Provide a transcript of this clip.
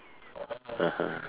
(uh huh)